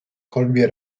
kolbie